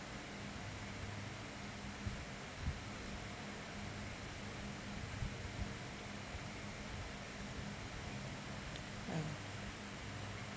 ya